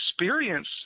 experience